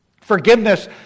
Forgiveness